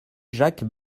jacques